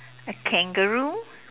a kangaroo